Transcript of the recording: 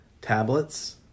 tablets